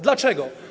Dlaczego?